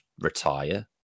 retire